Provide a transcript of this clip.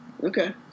Okay